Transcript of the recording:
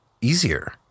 easier